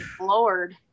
lord